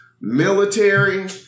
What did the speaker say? military